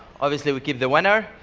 obviously, we keep the winner.